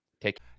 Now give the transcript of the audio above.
take